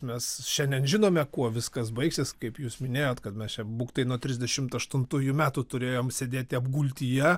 mes šiandien žinome kuo viskas baigsis kaip jūs minėjot kad mes čia būk tai nuo trisdešimt aštuntųjų metų turėjome sėdėti apgultyje